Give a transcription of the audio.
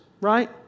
right